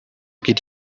geht